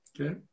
Okay